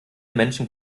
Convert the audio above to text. menschen